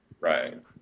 Right